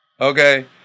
Okay